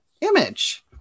image